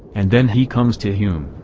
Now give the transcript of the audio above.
and then he comes to hume.